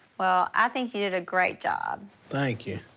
well, i think you did a great job. thank you.